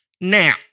Now